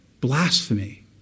blasphemy